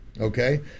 okay